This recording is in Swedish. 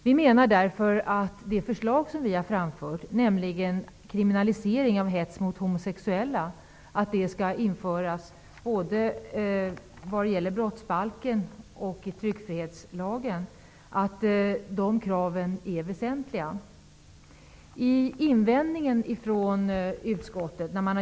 Vi menar därför att en kriminalisering av hets mot homosexuella skall införas både i brottsbalken och tryckfrihetslagen. Det är ett väsentligt krav.